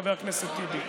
חבר הכנסת טיבי?